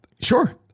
Sure